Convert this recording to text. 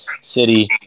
city